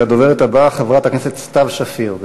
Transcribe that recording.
הדוברת הבאה, חברת הכנסת סתיו שפיר.